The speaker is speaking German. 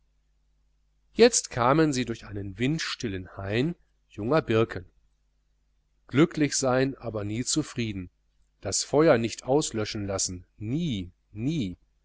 jetzt kamen sie durch einen windstillen hain junger birken glücklich sein aber nie zufrieden das feuer nicht auslöschen lassen nie nie